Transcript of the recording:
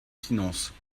finances